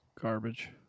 garbage